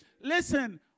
Listen